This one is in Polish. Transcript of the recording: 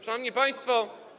Szanowni Państwo!